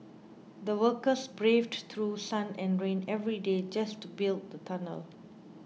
the workers braved through sun and rain every day just to build the tunnel